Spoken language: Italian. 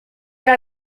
era